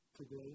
Today